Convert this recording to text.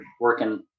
working